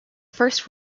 first